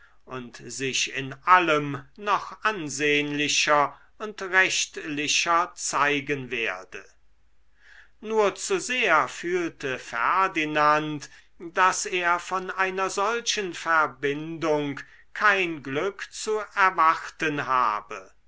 und sich in allem noch ansehnlicher und rechtlicher zeigen werde nur zu sehr fühlte ferdinand daß er von einer solchen verbindung kein glück zu erwarten habe